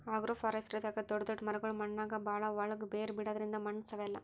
ಅಗ್ರೋಫಾರೆಸ್ಟ್ರಿದಾಗ್ ದೊಡ್ಡ್ ದೊಡ್ಡ್ ಮರಗೊಳ್ ಮಣ್ಣಾಗ್ ಭಾಳ್ ಒಳ್ಗ್ ಬೇರ್ ಬಿಡದ್ರಿಂದ್ ಮಣ್ಣ್ ಸವೆಲ್ಲಾ